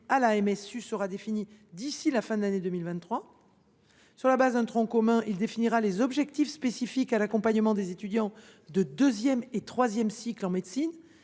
à la MSU sera défini d’ici à la fin de l’année 2023. Sur la base d’un tronc commun, il fixera les objectifs spécifiques à l’accompagnement des étudiants de deuxième et troisième cycles de médecine.